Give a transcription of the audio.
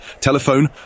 Telephone